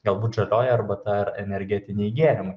galbūt žalioji arbata ar energetiniai gėrimai